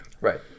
Right